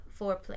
foreplay